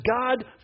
God